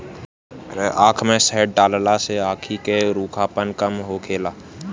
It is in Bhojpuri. आँख में शहद डालला से आंखी के रूखापन कम होखेला